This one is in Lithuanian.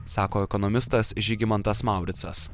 sako ekonomistas žygimantas mauricas